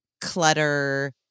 clutter